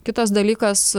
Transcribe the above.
kitas dalykas